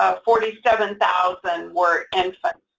ah forty seven thousand were infants.